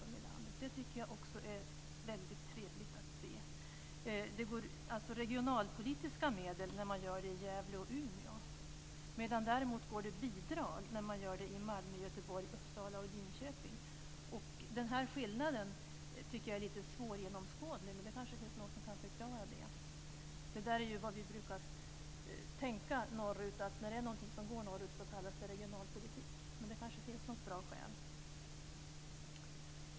Det tycker jag också är väldigt trevligt att se. Det utgår regionalpolitiska medel när man gör det i Gävle och Umeå, medan det däremot utgår bidrag när man gör det i Den här skillnaden tycker jag är lite svårgenomskådlig, men det kanske finns någon som kan förklara den. Detta är ju vad vi brukar tänka norrut - när det är någonting som går norrut så kallas det regionalpolitik. Men det kanske finns något bra skäl.